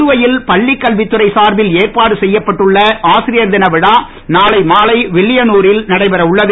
புதுவையில் பள்ளிக்கல்வித்துறை சார்பில் ஏற்பாடு செய்யப்பட்டுள்ள ஆசிரியர் தினவிழா நாளை மாலை வில்லியனூரில் நடைபெறவுள்ளது